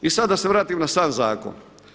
I sad da se vratim na sam zakon.